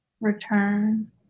return